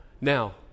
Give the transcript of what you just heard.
Now